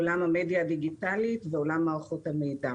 עולם המדיה הדיגיטלית ועולם מערכות המידע.